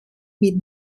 mit